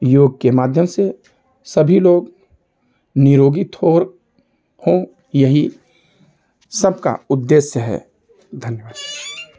योग के माध्यम से सभी लोग निरोगित हो यही सबका उद्देश्य है धन्यवाद